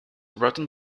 rotten